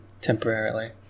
temporarily